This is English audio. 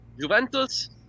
juventus